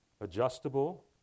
adjustable